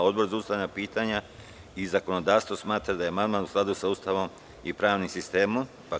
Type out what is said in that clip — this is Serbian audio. Odbor za ustavna pitanja i zakonodavstvo smatra da je amandman u skladu sa Ustavom i pravnim sistemom Republike Srbije.